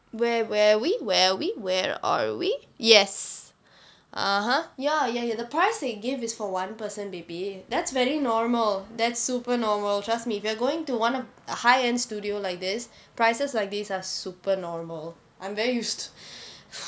where where we where we where are we yes (uh huh) ya ya ya the price they give is for one person baby that's very normal that's super normal trust me if you are going to one of the high end studio like this prices like these are super normal I'm very used